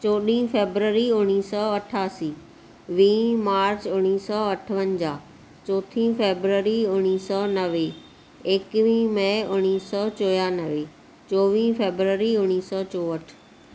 चोॾहं फेबररी उणिवीह सौ अठासी वीह मार्च उणिवीह सौ अठवंजाहु चोथी फेबररी उणिवीह सौ नवे एकवीह मइ उणिवीह सौ चोयानवे चोवीह फेबररी उणिवीह सौ चौहठि